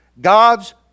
God's